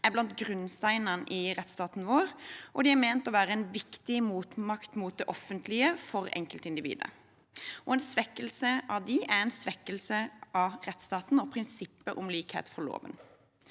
er blant grunnsteinene i rettsstaten vår, og de er ment å være en viktig motmakt mot det offentlige for enkeltindividet. En svekkelse av dem er en svekkelse av rettsstaten og prinsippet om likhet for loven.